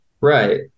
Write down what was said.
Right